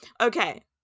Okay